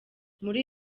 muri